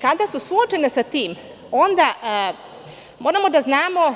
Kada su suočeni sa tim, onda moramo da znamo